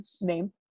name